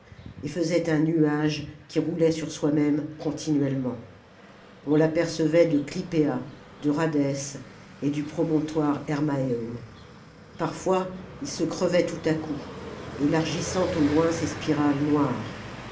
et faisaient un nuage qui roulait sur soi-même continuellement on l'apercevait de cljpéa de rhadès et du promontoire hermseum parfois il se crevait tout à coup élargissant au loin ses spirales noires